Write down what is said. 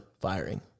firing